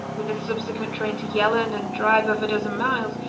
with the subsequent train to yellon and drive of a dozen miles,